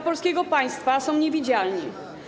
dla polskiego państwa są niewidzialni.